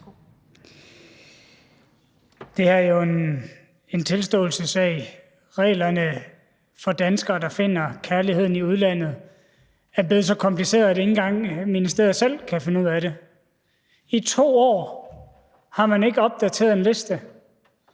Det er jo en tilståelsessag. Reglerne for danskere, der finder kærligheden i udlandet, er blevet så komplicerede, at ikke engang ministeriet selv kan finde ud af dem. I 2 år har man ikke opdateret en liste,